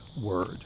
word